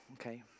okay